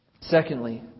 Secondly